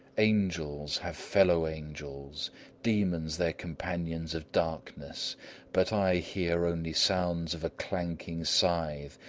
angels have fellow-angels demons their companions of darkness but i hear only sounds of a clanking scythe,